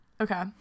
Okay